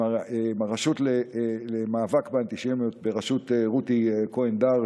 עם הרשות למאבק באנטישמיות בראשות רותי כהן-דאר,